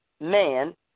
man